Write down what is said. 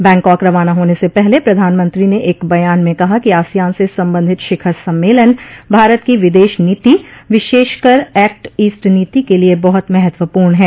Bangkok रवाना होने से पहले प्रधानमंत्री नेएक बयान में कहा कि आसियान से संबंधित शिखर सम्मेलन भारत की विदेश नीति विशेष कर एक्ट ईस्ट नीति क लिए बहुत महत्वपूर्ण है